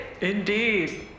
indeed